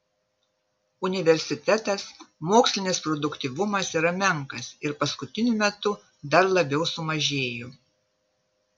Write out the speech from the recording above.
universitetas mokslinis produktyvumas yra menkas ir paskutiniu metu dar labiau sumažėjo